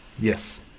Yes